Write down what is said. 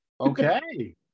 Okay